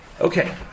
Okay